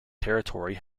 territory